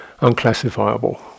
unclassifiable